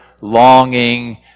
longing